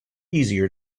easier